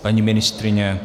Paní ministryně?